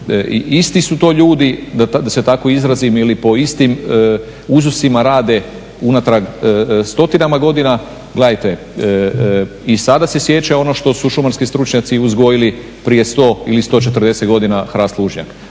isti su to ljudi, da se tako izrazim ili po istim uzusima rade unatrag stotinama godine. Gledajte, i sada se sjeća ono što su šumarski stručnjaci uzgojili prije 100 ili 140 godina hrast lužnjak.